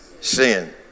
sin